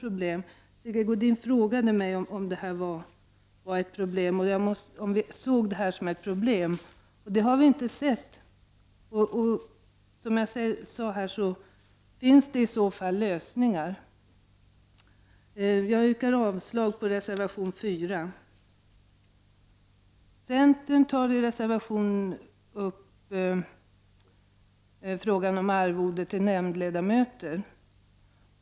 Sigge Godin frågade mig om vi i majoriteten såg det här som ett problem, och det har vi inte gjort. Som jag sade, finns det i så fall lösningar. Jag yrkar avslag på reservation 4. Centern tar i reservation 5 upp frågan om arvode till nämndledamöter.